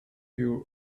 you